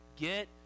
get